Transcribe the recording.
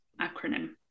acronym